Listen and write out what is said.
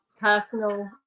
personal